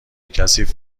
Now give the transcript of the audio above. کثیف